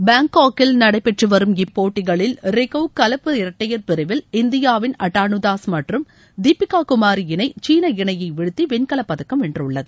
பேங்காக்கில் நடைபெற்று வரும் இப்போட்டிகளில் ரிக்கல் கலப்பு இரட்டையர் பிரிவில் இந்தியாவின் அட்டானுதாஸ் மற்றும் தீபிகா குமாரி இணை சீன இணையை வீழ்த்தி வெண்கலப்பதக்கம் வென்றுள்ளது